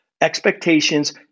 expectations